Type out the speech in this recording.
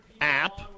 app